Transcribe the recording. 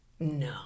No